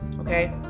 Okay